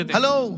Hello